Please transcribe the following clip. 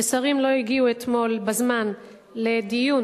ושרים לא הגיעו אתמול בזמן לדיון